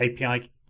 API